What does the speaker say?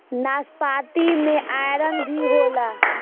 नाशपाती में आयरन भी होला